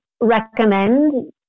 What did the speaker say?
recommend